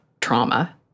trauma